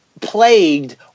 plagued